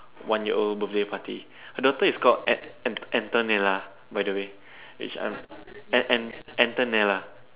one year old birthday party her daughter is called Ant~ Ant~ Antonella by the way which I'm Ant~ Ant~ Antonella